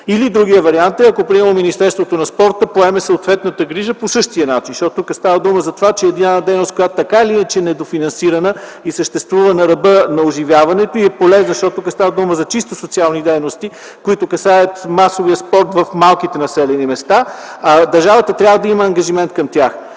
Другият вариант е, ако например Министерството на физическото възпитание и спорта поеме съответната грижа по същия начин. Тук става дума за това, че това е дейност, която така или иначе е недофинансирана и съществува на ръба на оживяването и е полезна, защото тук става дума за чисто социални дейности, които касаят масовия спорт в малките населени места. Държавата трябва да има ангажимент към тях.